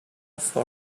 for